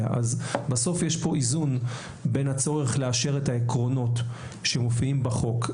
בסוף יש כאן איזון בין הצורך לאשר את העקרונות שמופיעים בחוק,